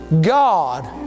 God